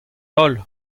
daol